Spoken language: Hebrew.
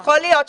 יכול להיות,